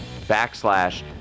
backslash